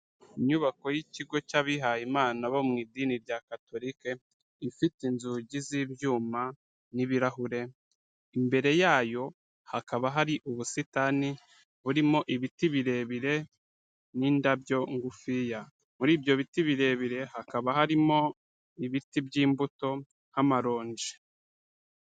Inyubako y'ikigo cy'abihayeyimana bo mu idini rya Katorike, ifite inzugi z'ibyuma n'ibirahure, imbere yayo hakaba hari ubusitani burimo ibiti birebire n'indabyo ngufiya, muri ibyo biti birebire hakaba harimo ibiti by'imbuto nk'amaronji.